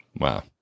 Wow